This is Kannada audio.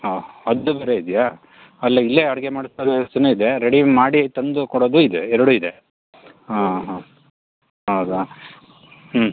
ಹಾಂ ಅದು ಬೇರೆ ಇದೆಯಾ ಅಲ್ಲೆ ಇಲ್ಲೇ ಅಡಿಗೆ ಮಾಡಿಸೊ ವ್ಯವಸ್ಥೆನು ಇದೆ ರೆಡಿ ಮಾಡಿ ತಂದು ಕೊಡೋದು ಇದೆ ಎರಡು ಇದೆ ಹಾಂ ಹಾಂ ಹೌದಾ ಹ್ಞೂ